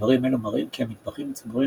- דברים אילו מראים כי המטבחים הציבורים